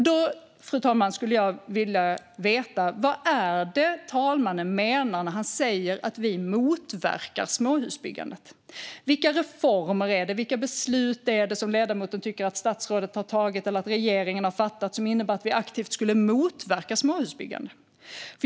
Därför, fru talman, skulle jag vilja veta vad ledamoten menar när han säger att vi motverkar småhusbyggandet. Vilka reformer och beslut är det som ledamoten tycker att statsrådet eller regeringen har tagit, som innebär att vi aktivt skulle motverka småhusbyggande?